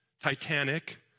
Titanic